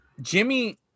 Jimmy